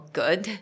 good